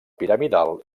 piramidal